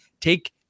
Take